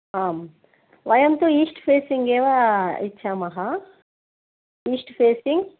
आम् वयं तु ईस्ट् फ़ेसिङ्ग् एव इच्छामः ईस्ट् फ़ेसिङ्ग्